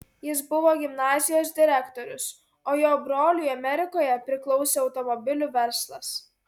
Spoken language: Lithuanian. jis buvo gimnazijos direktorius o jo broliui amerikoje priklausė automobilių verslas